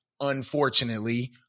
unfortunately